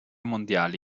mondiali